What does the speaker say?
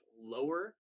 lower